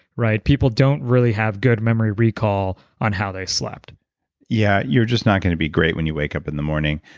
people don't really have good memory recall on how they slept yeah, you're just not going to be great when you wake up in the morning.